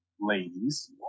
ladies